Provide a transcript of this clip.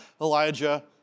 Elijah